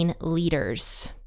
liters